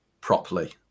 properly